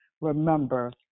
Remember